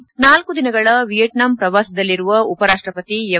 head ನಾಲ್ಕು ದಿನಗಳ Vietnam ಪ್ರವಾಸದಲ್ಲಿರುವ ಉಪರಾಷ್ಟಪತಿ ಎಂ